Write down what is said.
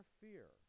fear